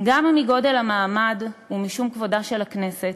גם מגודל המעמד ומשום כבודה של הכנסת,